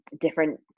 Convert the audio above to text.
different